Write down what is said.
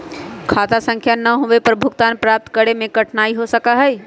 खाता संख्या ना होवे पर भुगतान प्राप्त करे में कठिनाई हो सका हई